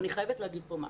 אני חייבת לומר כאן משהו.